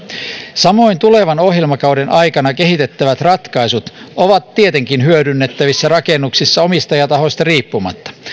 samoin tulevan ohjelmakauden aikana kehitettävät ratkaisut ovat tietenkin hyödynnettävissä rakennuksissa omistajatahosta riippumatta